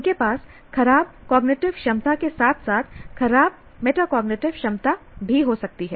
उनके पास खराब कॉग्निटिव क्षमता के साथ साथ खराब मेटाकॉग्निटिव क्षमता भी हो सकती है